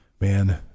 man